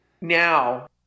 now